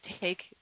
take